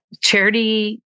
charity